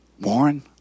Warren